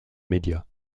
media